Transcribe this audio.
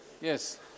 yes